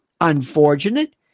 Unfortunate